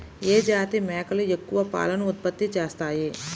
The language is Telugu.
ఏ జాతి మేకలు ఎక్కువ పాలను ఉత్పత్తి చేస్తాయి?